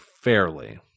fairly